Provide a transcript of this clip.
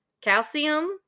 calcium